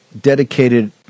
dedicated